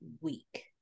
week